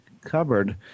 cupboard